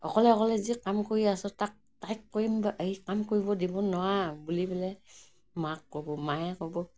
অকলে অকলে যে কাম কৰি আছ তাক তাইক কৰিম এই কাম কৰিব দিব নোৱাৰ বুলি পেলাই মাক ক'ব মায়ে ক'ব